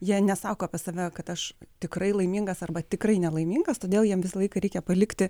jie nesako apie save kad aš tikrai laimingas arba tikrai nelaimingas todėl jiem visą laiką reikia palikti